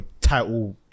title